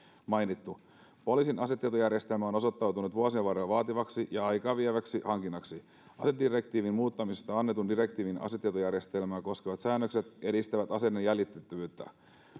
mainittu poliisin asetietojärjestelmä on osoittautunut vuosien varrella vaativaksi ja aikaa vieväksi hankinnaksi asedirektiivin muuttamisesta annetun direktiivin asetietojärjestelmää koskevat säännökset edistävät aseiden jäljitettävyyttä